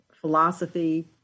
philosophy